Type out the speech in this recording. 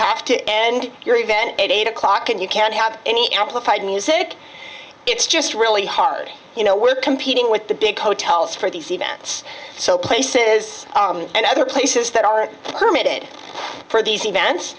have to end your event at eight o'clock and you can't have any amplified music it's just really hard you know we're competing with the big hotels for these events so places and other places that aren't permitted for these events